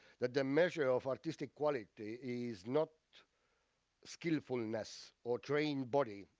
that the measure of artistic quality is not skillfulness or trained body,